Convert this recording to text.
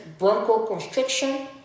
bronchoconstriction